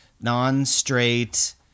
non-straight